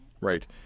right